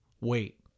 wait